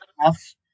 enough